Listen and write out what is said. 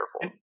careful